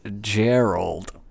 Gerald